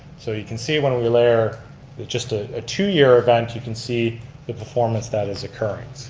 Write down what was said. so you can see when we layer just a ah two year event you can see the performance that is occurring.